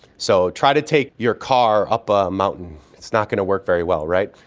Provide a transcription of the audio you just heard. so try to take your car up a mountain, it's not going to work very well, right?